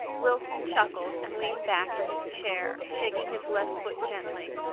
wilson chuckled and leaned back in his chair, shaking his left foot gently.